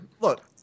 Look